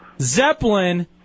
Zeppelin